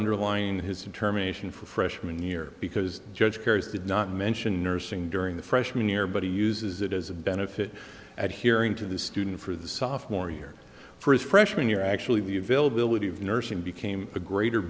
underlined his determination for freshman year because judge perry's did not mention nursing during the freshman year but he uses it as a benefit at hearing to the student for the sophomore year for his freshman year actually the availability of nursing became a greater